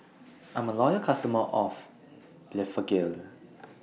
I'm A Loyal customer of Blephagel